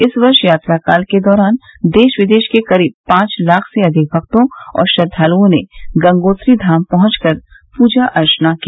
इस वर्ष यात्रा काल के दौरान देश विदेश के करीब पांच लाख से अधिक भक्तों और श्रद्वालुओं ने गंगोत्री धाम पहुंचकर पूजा अर्चना की